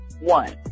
One